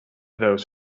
those